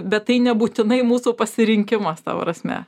bet tai nebūtinai mūsų pasirinkimas ta prasme